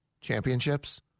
championships